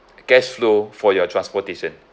cash flow for your transportation